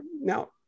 now